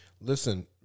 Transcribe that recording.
Listen